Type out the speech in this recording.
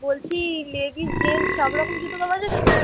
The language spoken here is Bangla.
বলছি লেডিস জেন্সটস সব রকম জুতো পাওয়া যাবে তো